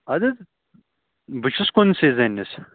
اَدٕ حظ بہٕ چھُس کُنسٕے زٔنِس